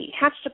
hatched